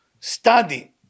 study